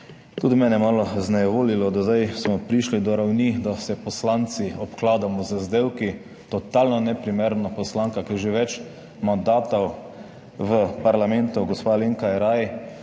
Tudi mene je malo vznejevoljilo, da smo zdaj prišli do ravni, da se poslanci obkladamo z vzdevki. Totalno neprimerno. Poslanka, ki je že več mandatov v parlamentu, gospa Alenka